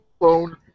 clone